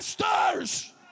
masters